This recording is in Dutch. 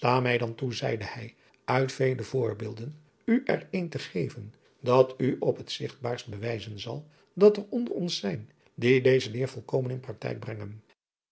ta mij dan toe zeide hij uit vele voorbeelden u er een te geven dat u op het zigtbaarste bewijzen zal dat er onder ons zijn die deze leer volkomen in praktijk brengen